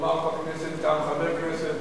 לומר בכנסת כאן, חבר כנסת